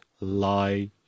lie